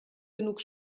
genug